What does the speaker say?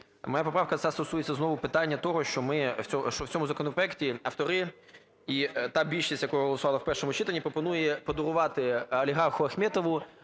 Моя поправка ця стосується знову питання того, що ми, що в цьому законопроекті автори і та більшість, яка голосувала в першому читанні, пропонує подарувати олігарху Ахметову